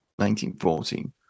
1914